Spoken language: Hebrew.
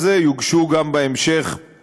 אני הייתי כאן בעשרות הצבעות שהממשלה לא קבעה עמדה.